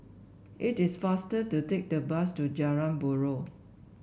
it is faster to take the bus to Jalan Buroh